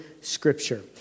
Scripture